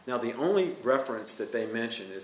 now the only reference that they mention is